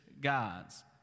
gods